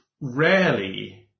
rarely –